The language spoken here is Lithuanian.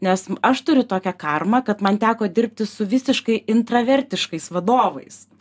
nes aš turiu tokią karmą kad man teko dirbti su visiškai intravertiškais vadovais